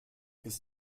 ist